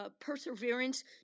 perseverance